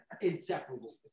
inseparable